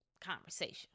conversation